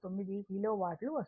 0669 కిలోవాట్లు వస్తుంది